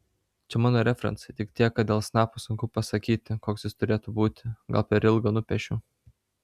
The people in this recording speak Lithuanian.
čia mano referencai tik tiek kad dėl snapo sunku pasakyti koks jis turėtų būti gal per ilgą nupiešiau